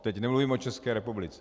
Teď nemluvím o České republice.